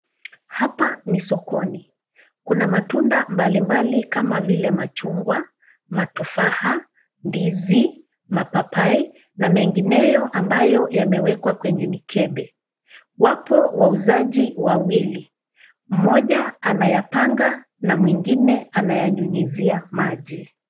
Hapa ni sokoni, kuna matunda mbalimbali kama vile machungwa, matofaha, ndizi, mapapai na mengineo ambayo yamewekwa kwenye mikebe. Wapo wauzaji wawili, mmoja anayapanga na mwingine anayanyunyizia maji.